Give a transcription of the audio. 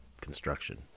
construction